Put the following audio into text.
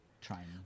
trying